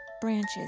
branches